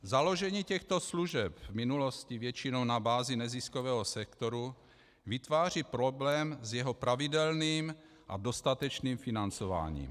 Založení těchto služeb v minulosti většinou na bázi neziskového sektoru vytváří problém s jeho pravidelným a dostatečným financováním.